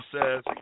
says